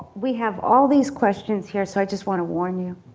we have all these questions here so i just want to warn you.